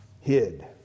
hid